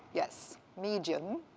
yes, medium.